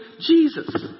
Jesus